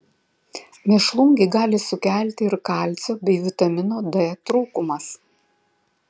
mėšlungį gali sukelti ir kalcio bei vitamino d trūkumas